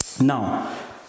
Now